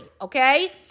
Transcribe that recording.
okay